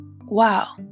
wow